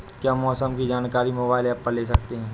क्या मौसम की जानकारी मोबाइल ऐप से ले सकते हैं?